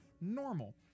Normal